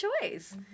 choice